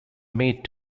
made